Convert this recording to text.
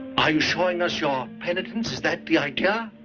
are you showing us your penitence? is that the idea?